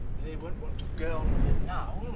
they won't want to go on with it now,